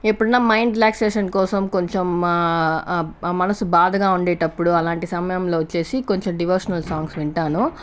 ఎప్పుడన్నా mind relaxation కోసం కొంచెం మా మనసు బాధగా ఉండేటప్పుడు అలాంటి సమయంలో వచ్చేసి కొంచెం డివోషనల్ సాంగ్స్ వింటాను